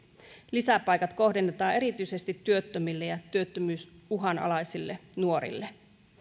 lisäpaikat kohdennetaan erityisesti työttömille ja työttömyysuhanalaisille nuorille